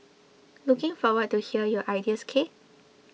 looking forward to hear your ideas k